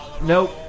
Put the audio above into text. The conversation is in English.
Nope